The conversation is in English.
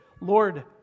Lord